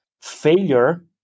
Failure